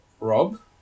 Rob